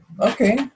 Okay